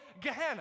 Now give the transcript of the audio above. Gehenna